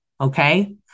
okay